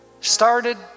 started